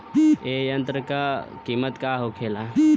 ए यंत्र का कीमत का होखेला?